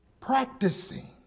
Practicing